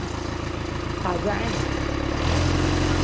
हा ताज़ा आहिनि हा